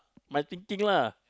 my thinking lah